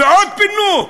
ועוד פינוק,